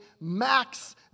max